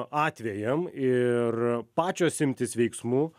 atvejam ir pačios imtis veiksmų